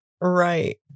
right